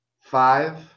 Five